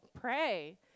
Pray